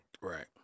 Right